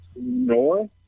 north